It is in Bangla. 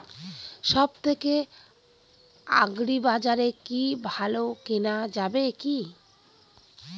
সব থেকে আগ্রিবাজারে কি ভালো কেনা যাবে কি?